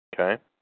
Okay